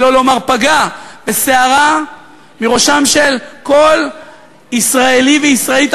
שלא לומר פגע בשערה מראשם של ישראלי וישראלית,